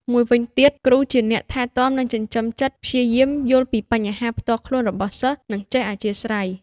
មួយវិញទៀតគ្រូជាអ្នកថែទាំនិងចិញ្ចឹមចិត្តព្យាយាមយល់ពីបញ្ហាផ្ទាល់ខ្លួនរបស់សិស្ស និងចេះអធ្យាស្រ័យ។